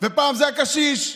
ופעם זה הקשיש,